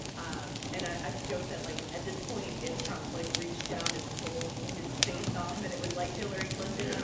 um and i've joked that, like, at this point, if trump, like, reached down and pulled his face off and it was, like, hillary clinton yeah